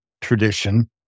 tradition